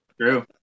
True